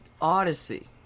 Odyssey